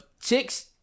chicks